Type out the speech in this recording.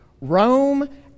Rome